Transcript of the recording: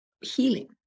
healing